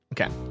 Okay